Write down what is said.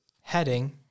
heading